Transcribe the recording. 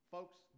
Folks